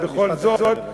אדוני, בבקשה.